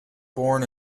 born